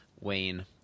wayne